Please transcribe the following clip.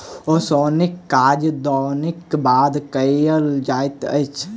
ओसौनीक काज दौनीक बाद कयल जाइत अछि